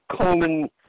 Coleman